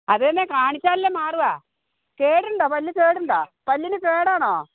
അത് തന്നെ കാണിച്ചാലല്ലേ മാറുവാ കേടുണ്ടോ പല്ല് കേടുണ്ടോ പല്ലിന് കേടാണോ